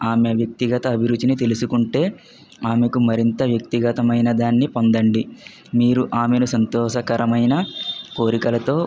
ఆమె వ్యక్తిగత అభిరుచిని తెలుసుకుంటే ఆమెకు మరింత వ్యక్తిగతమైన దాన్ని పొందండి మీరు ఆమెను సంతోషకరమైన కోరికలతో